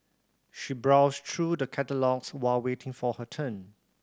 she browsed through the catalogues while waiting for her turn